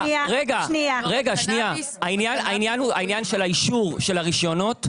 העניין של אישור הרישיונות,